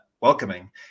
welcoming